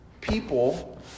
people